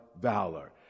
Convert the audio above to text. valor